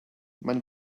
man